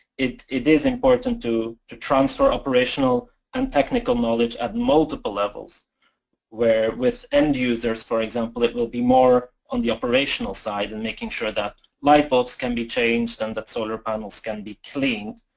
it it is important to to transfer operational and technical knowledge at multiple levels where with end users for example it will be more on the operational side and making sure that light bulbs can be changed and that solar panels can be cleaned.